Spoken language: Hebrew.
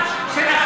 תגיד לי,